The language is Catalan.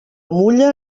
mulla